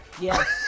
Yes